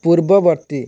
ପୂର୍ବବର୍ତ୍ତୀ